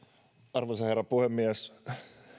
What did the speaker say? arvoisa herra puhemies